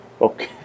okay